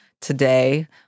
today